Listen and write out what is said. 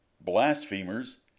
Blasphemers